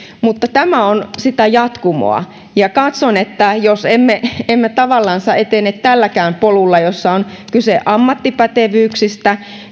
mutta tämä on sitä jatkumoa ja katson että jos emme emme tavallansa etene tälläkään polulla jossa on kyse ammattipätevyyksistä